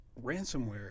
ransomware